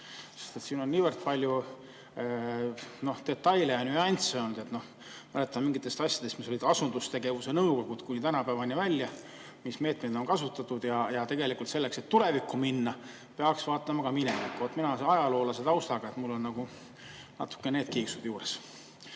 siin on niivõrd palju detaile ja nüansse olnud. Mäletan mingitest asjadest, mis olid asundustegevuse nõukogud kuni tänapäevani välja, mis meetmeid on kasutatud. Ja tegelikult selleks, et tulevikku minna, peaks vaatama ka minevikku. Mina olen ajaloolase taustaga, nii et mul on nagu natukene need kiiksud juures. Üks